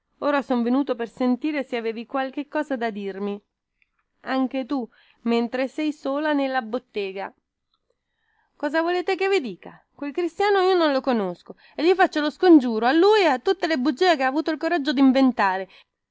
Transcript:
ora son venuto per sentire se avevi qualche cosa da dirmi anche tu mentre sei sola nella bottega cosa volete che vi dica quel cristiano io non lo conosco e gli faccio lo scongiuro a lui e a tutte le bugie che ha avuto il coraggio di inventare